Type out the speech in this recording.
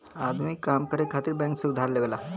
आदमी काम करे खातिर बैंक से उधार लेवला